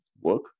work